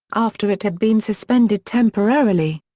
after it had been suspended temporarily.